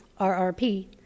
RRP